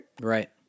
Right